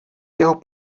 jeho